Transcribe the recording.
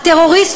הטרוריסט,